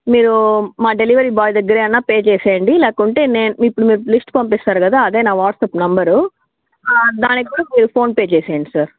మీరు మా delivery boy దగ్గర అయినా పే చేసెయ్యండి లేకుంటే ఇప్పుడు మీరు లిస్ట్ పంపిస్తారు కదా అదే నా వాట్సాప్ నంబర్ ఆ దానికి కూడా మీరు ఫోన్పే చేసెయ్యండి సార్